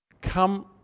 come